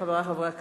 חברי חברי הכנסת,